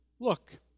Look